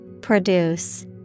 Produce